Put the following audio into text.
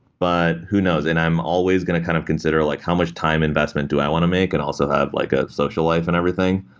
but who knows? and i'm always going to kind of consider like how much time and investment do i want to make and also have like a social life and everything.